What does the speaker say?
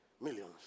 Millions